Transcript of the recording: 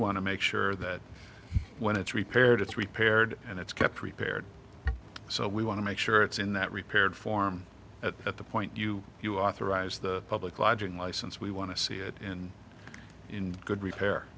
want to make sure that when it's repaired it's repaired and it's kept prepared so we want to make sure it's in that repaired form at the point you you authorize the public lodging license we want to see it and in good repair